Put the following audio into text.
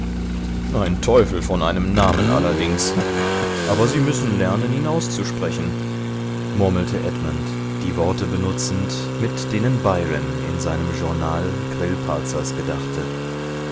ein teufel von einem namen allerdings aber sie müssen lernen ihn auszusprechen murmelte edmund die worte benutzend mit denen byron in seinem journal grillparzers gedachte